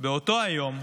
באותו היום,